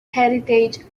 heritage